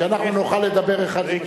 שאנחנו נוכל לדבר אחד עם השני.